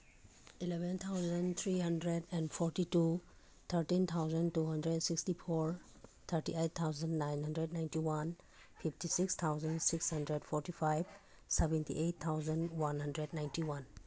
eleven thousand three hundred and forty two thirteen thousand two hundred sixty four thirty eight thousand nine hundred ninety one fifty six thousand six hundred forty five seventy eight thousand one hundred ninety one